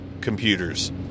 computers